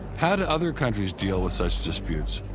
how do other countries deal with such disputes?